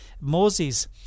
Moses